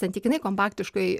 santykinai kompaktiškoj